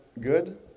good